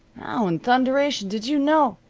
how in thunderation did you know?